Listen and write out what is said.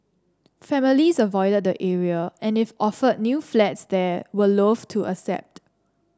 families avoided the area and if offered new flats there were loathe to accept